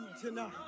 tonight